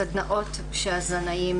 בסדנאות שהזנאים